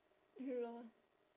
LOL